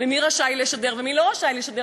ומי רשאי לשדר ומי לא רשאי לשדר,